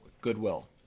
Goodwill